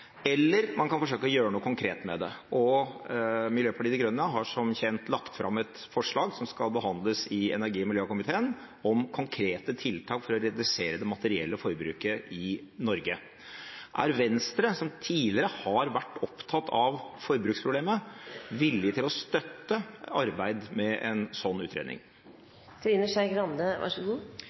forsøke å gjøre noe konkret med det. Miljøpartiet De Grønne har som kjent lagt fram et forslag som skal behandles i energi- og miljøkomiteen, om konkrete tiltak for å redusere det materielle forbruket i Norge. Er Venstre, som tidligere har vært opptatt av forbruksproblemet, villig til å støtte arbeidet med